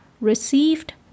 received